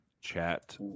chat